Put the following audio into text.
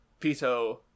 Pito